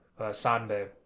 Sanbe